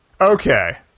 okay